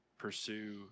pursue